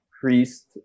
priest